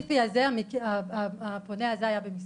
במקרה הספציפי הזה הפונה הזה היה במסגרת.